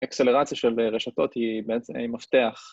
אקסלרציה של רשתות היא מפתח.